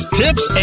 tips